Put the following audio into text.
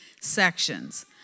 sections